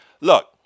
Look